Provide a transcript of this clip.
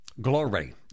Glory